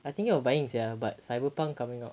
I thinking of buying sia but cyber punk coming out